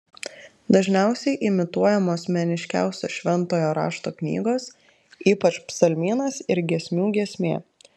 dažniausiai imituojamos meniškiausios šventojo rašto knygos ypač psalmynas ir giesmių giesmė